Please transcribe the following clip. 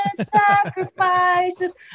sacrifices